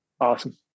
Awesome